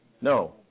no